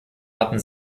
hatten